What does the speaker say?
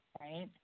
right